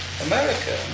America